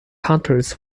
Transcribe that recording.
hunters